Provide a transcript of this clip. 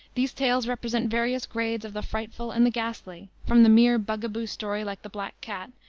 these tales represent various grades of the frightful and the ghastly, from the mere bug-a-boo story like the black cat,